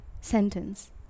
sentence